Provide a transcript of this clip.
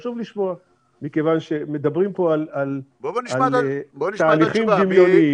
חשוב לשמוע מכיוון שמדברים פה על תהליכים דמיוניים.